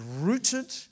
rooted